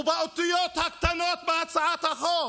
באותיות הקטנות בהצעת החוק